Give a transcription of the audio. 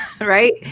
right